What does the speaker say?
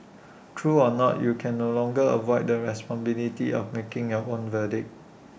true or not you can no longer avoid the responsibility of making your own verdict